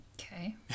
Okay